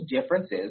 differences